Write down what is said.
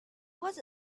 was